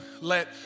let